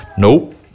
Nope